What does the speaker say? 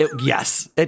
Yes